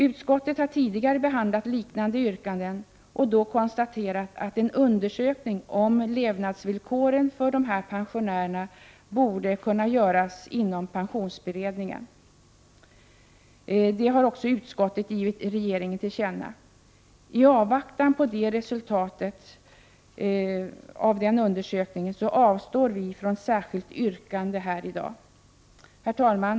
Utskottet har tidigare behandlat liknande yrkanden och då konstaterat att en undersökning om levnadsvillkoren för de pensionärerna borde kunna göras inom pensionsberedningen. Det har utskottet också givit regeringen till känna. I avvaktan på resultatet av den undersökningen avstår vi från särskilt yrkande här i dag. Herr talman!